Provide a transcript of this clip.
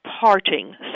parting